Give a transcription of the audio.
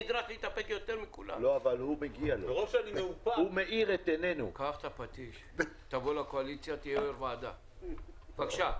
מיקי לוי, בבקשה.